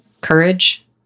courage